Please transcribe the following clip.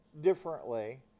differently